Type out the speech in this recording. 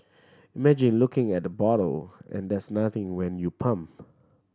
imagine looking at the bottle and there's nothing when you pump